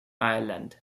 ireland